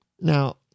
Now